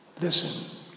Listen